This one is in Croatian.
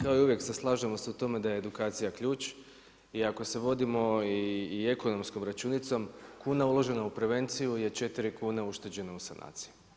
Na kraju uvijek se slažemo se u tome da je edukacija ključ i ako se vodimo i ekonomskom računicom, kuna uložena u prevenciju je 4 kune ušteđene u sanaciji.